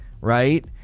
right